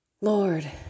Lord